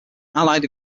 allied